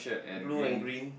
blue and green